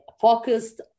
focused